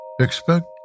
Expect